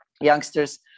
youngsters